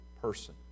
person